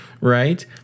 right